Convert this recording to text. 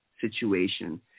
situation